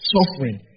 Suffering